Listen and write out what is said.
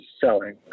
selling